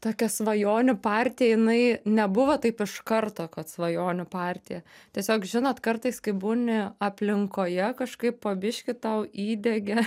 tokia svajonių partija jinai nebuvo taip iš karto kad svajonių partija tiesiog žinot kartais kai būni aplinkoje kažkaip po biškį tau įdiegia